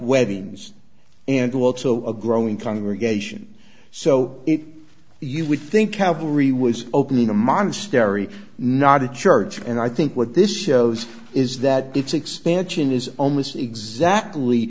weddings and also a growing congregation so you would think cavalry was opening a monastery not a charge and i think what this shows is that its expansion is almost exactly